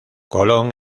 colón